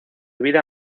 vida